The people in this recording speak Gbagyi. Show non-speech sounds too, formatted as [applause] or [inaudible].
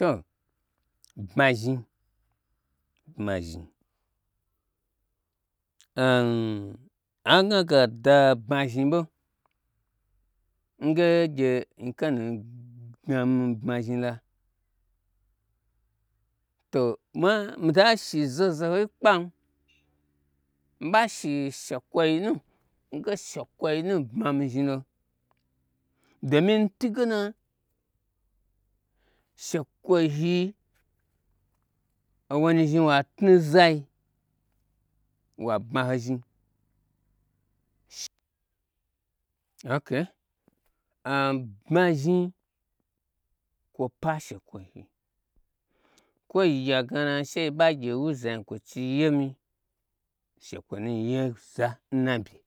To ɓma zhni ɓma zhni [hesitation] a gna ge ada bma zhni ɓo nge gye nyi kanu gnami bma zhni lo'a to mita shi zoho zohoi kpam miɓa shi shekwoyinu nge shekwo yi nu bmami zhnilo domin ntum gena shekwo hi owonu zhni watnu nzai wa bma ho zhni, okey am bma zhni kwo pa n shekwoyinu kwoyi gya gnana sheyi ba gye wu zanyi kwodii yemi shekwo nu yeza n na byin